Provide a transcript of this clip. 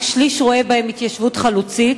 רק שליש רואה בהן התיישבות חלוצית.